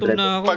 but know like